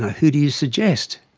who do you suggest?